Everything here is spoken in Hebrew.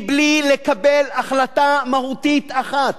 בלי לקבל החלטה מהותית אחת,